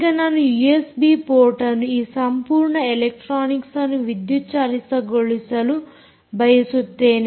ಈಗ ನಾನು ಯೂಎಸ್ಬಿ ಪೋರ್ಟ್ಆನ್ನು ಈ ಸಂಪೂರ್ಣ ಎಲೆಕ್ಟ್ರಾನಿಕ್ಸ್ಅನ್ನು ವಿದ್ಯುತ್ ಚಾಲಿತಗೊಳಿಸಲು ಬಳಸುತ್ತೇನೆ